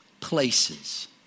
places